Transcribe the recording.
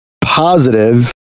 positive